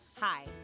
Hi